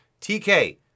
TK